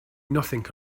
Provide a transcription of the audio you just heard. nothing